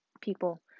people